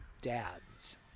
dads